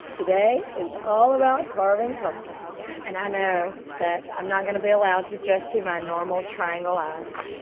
today is all about carving pumpkins. and i know that i'm not gonna be allowed to just do my normal triangle eyes.